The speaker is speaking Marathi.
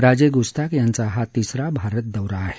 राजे गुस्ताफ यांचा हा तिसरा भारत दौरा आहे